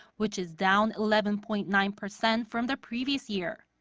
which is down eleven point nine percent from the previous year.